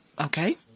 Okay